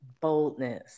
boldness